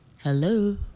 Hello